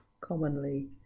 commonly